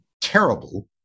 terrible